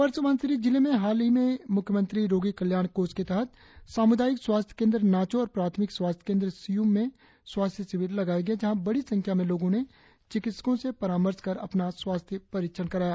अपर सुबनसिरी जिले में हाल ही में मुख्यमंत्री रोगी कल्याण कोष के तहत सामुदायिक स्वास्थ्य केंद्र नाचो और प्राथमिक स्वास्थ्य केंद्र सियुम में स्वास्थ्य शिविर लगाया गया जहा बड़ी संख्या में लोगों ने चिकित्सकों से परामर्श कर अपना स्वास्थ्य परीक्षण कराया